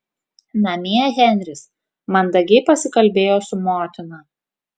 namie henris mandagiai pasikalbėjo su motina